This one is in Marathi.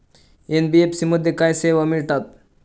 एन.बी.एफ.सी मध्ये काय सेवा मिळतात?